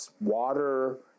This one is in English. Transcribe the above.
water